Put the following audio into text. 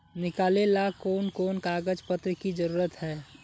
निकाले ला कोन कोन कागज पत्र की जरूरत है?